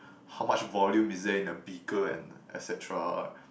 how much volume is there in a beaker and et cetera